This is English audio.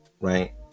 right